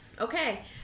Okay